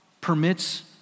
permits